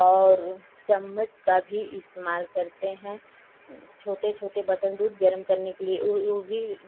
और चम्मच का भी इस्तेमाल करते हैं छोटे छोटे बर्तन दूध गर्म करने के लिए उह उ भी